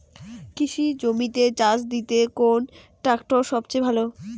কৃষি জমিতে চাষ দিতে কোন ট্রাক্টর সবথেকে ভালো?